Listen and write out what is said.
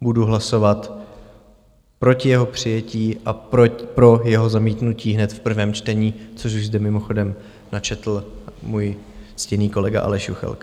Budu hlasovat proti jeho přijetí a pro jeho zamítnutí hned v prvém čtení, což už zde mimochodem načetl můj ctěný kolega Aleš Juchelka.